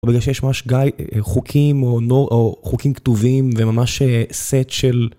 בגלל שיש ממש גיא חוקים כתובים וממש סט של.